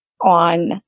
on